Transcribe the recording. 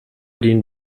den